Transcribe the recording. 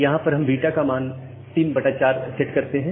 यहां पर हम β का मान ¾ सेट करते हैं